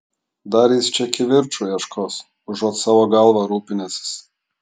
dar jis čia kivirču ieškos užuot savo galva rūpinęsis